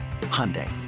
Hyundai